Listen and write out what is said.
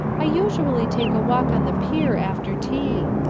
i usually take a walk on the pier after tea.